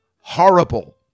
horrible